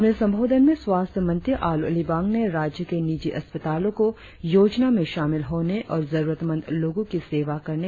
अपने संबोधन में स्वास्थ्य मंत्री आलो लिबांग ने राज्य के नीजि अस्पतालों को योजना में शामिल होने और जरुरतमंद लोगों की सेवा करने का आह्वान किया